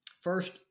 First